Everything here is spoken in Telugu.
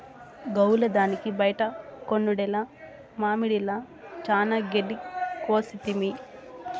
గోవుల దానికి బైట కొనుడేల మామడిల చానా గెడ్డి కోసితిమి